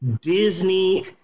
Disney